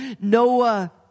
Noah